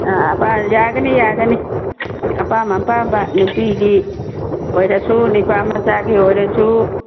ꯌꯥꯒꯅꯤ ꯌꯥꯒꯅꯤ ꯑꯄꯥꯝ ꯑꯄꯥꯝꯕ ꯅꯨꯄꯤꯒꯤ ꯑꯣꯏꯔꯁꯨ ꯅꯨꯄꯥ ꯃꯆꯥꯒꯤ ꯑꯣꯏꯔꯁꯨ